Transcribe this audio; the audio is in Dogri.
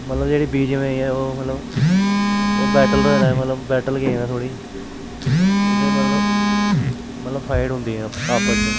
मतलब जेह्ड़ी बीच में एह् ओह् मतलब ओह् battle arrival of battle game ऐ थोह्ड़ी ओह्दे मतलब मतलब फाइट होंदी ऐ आपस च